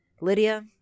Lydia